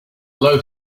low